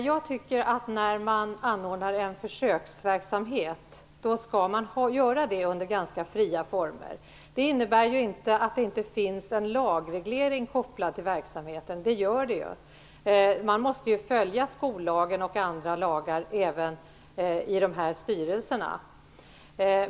Fru talman! När man anordnar en försöksverksamhet tycker jag att man skall göra det under ganska fria former. Det innebär inte att det inte finns en lagreglering kopplad till verksamheten, det gör det ju. Man måste följa skollagen och andra lagar även i de här styrelserna.